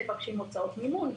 מבקשים הוצאות מימון,